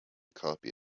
copy